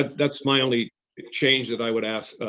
that's my only change that i would ask